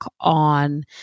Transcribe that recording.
on